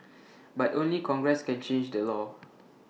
but only congress can change the law